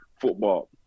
football